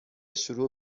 شروع